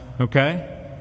okay